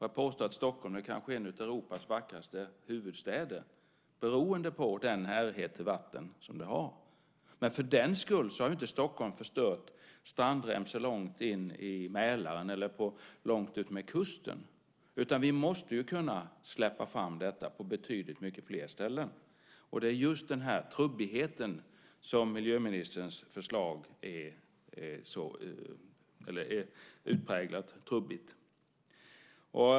Jag påstår att Stockholm är en av Europas vackraste huvudstäder beroende på den närhet till vatten som den har, men för den skull har inte Stockholm förstört strandremsor långt in i Mälaren eller långt utmed kusten. Vi måste kunna släppa fram detta på betydligt mycket fler ställen. Miljöministerns förslag är utpräglat trubbigt.